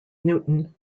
newton